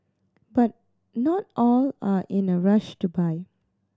but not all are in a rush to buy